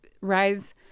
rise